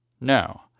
No